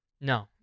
No